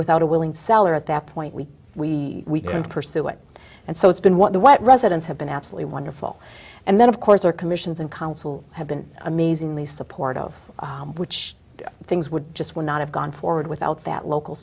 without a willing seller at that point we we we can pursue it and so it's been what the white residents have been absolutely wonderful and then of course our commissions and council have been amazingly supportive of which things would just would not have gone forward without that local